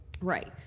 Right